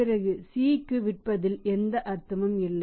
பிறகு C க்கு விற்பதில் எந்த அர்த்தமும் இல்லை